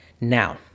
Now